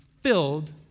filled